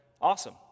Awesome